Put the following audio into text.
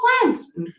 plants